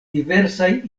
diversaj